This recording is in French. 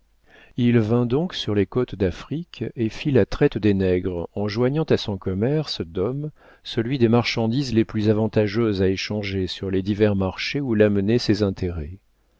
il vint donc sur les côtes d'afrique et fit la traite des nègres en joignant à son commerce d'hommes celui des marchandises les plus avantageuses à échanger sur les divers marchés où l'amenaient ses intérêts